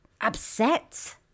upset